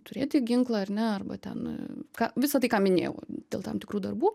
turėti ginklą ar ne arba ten ką visa tai ką minėjau dėl tam tikrų darbų